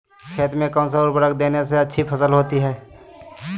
खेत में कौन सा उर्वरक देने से अच्छी फसल होती है?